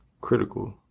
critical